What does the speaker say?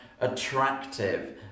attractive